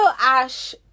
ash